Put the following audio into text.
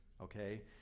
okay